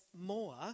more